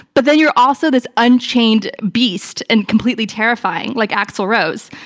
but then you're also this unchained beast and completely terrifying like axl rose.